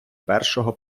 першого